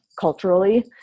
culturally